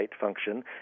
function